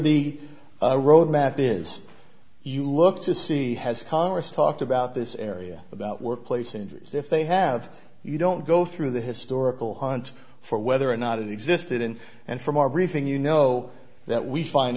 the roadmap is you look to see has congress talked about this area about workplace injuries if they have you don't go through the historical hunt for whether or not it existed in and from our briefing you know that we find